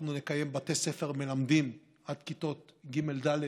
אנחנו נקיים בתי ספר מלמדים עד כיתות ג'-ד'.